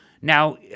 Now